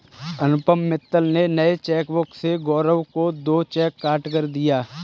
अनुपम मित्तल ने नए चेकबुक से गौरव को दो चेक काटकर दिया